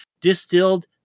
distilled